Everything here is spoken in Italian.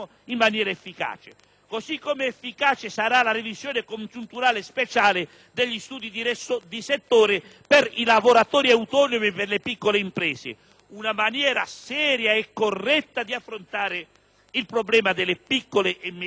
efficace sarà la revisione congiunturale speciale degli studi di settore per i lavoratori autonomi e per le piccole imprese, che costituisce una maniera seria e corretta di affrontare il problema delle piccole e medie imprese.